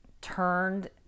turned